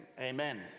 Amen